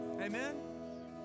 Amen